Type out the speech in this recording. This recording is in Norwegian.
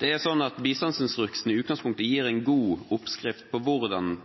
Bistandsinstruksen gir i utgangspunktet en god oppskrift på hvordan Forsvaret kan yte bistand til politiet i visse situasjoner, men det er veldig viktig å huske at